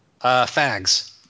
Fags